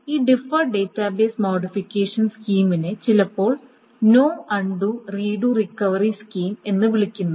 ഈ deferred database modification സ്കീമിനെ ചിലപ്പോൾ no undo redo recovery scheme no undoredo recovery scheme എന്ന് വിളിക്കുന്നു